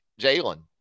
Jalen